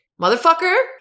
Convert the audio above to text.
motherfucker